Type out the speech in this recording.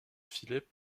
philippe